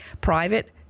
private